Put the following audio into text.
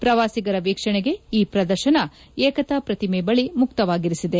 ಪ್ರವಾಸಿಗರ ವೀಕ್ಷಣೆಗೆ ಈ ಪ್ರದರ್ಶನ ಏಕತಾ ಪ್ರತಿಮೆ ಬಳಿ ಮುಕ್ತವಾಗಿರಿಸಿದೆ